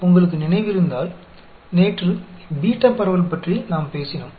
உங்களுக்கு நினைவிருந்தால் நேற்று பீட்டா பரவல் பற்றி நாம் பேசினோம்